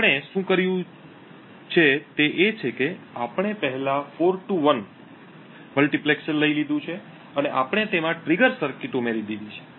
તો આપણે શું કર્યું તે છે કે આપણે પહેલા 4 થી 1 મલ્ટિપ્લેક્સર લઈ લીધું છે અને આપણે તેમાં ટ્રિગર સર્કિટ ઉમેરી દીધી છે